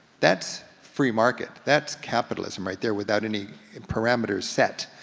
that's free market, that's capitalism right there without any parameters set.